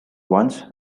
once